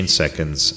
seconds